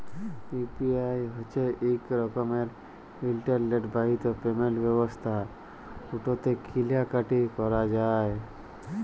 UPI হছে ইক রকমের ইলটারলেট বাহিত পেমেল্ট ব্যবস্থা উটতে কিলা কাটি ক্যরা যায়